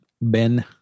Ben